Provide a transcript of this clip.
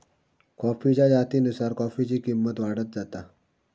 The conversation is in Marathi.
कॉफीच्या जातीनुसार कॉफीची किंमत वाढत जाता